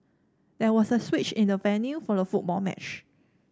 there was a switch in the venue for the football match